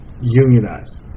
unionize